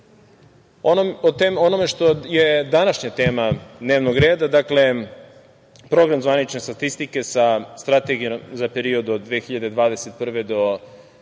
onome što je današnja tema dnevnog reda, dakle, Program zvanične statistike sa Strategijom za period od 2021. do 2025.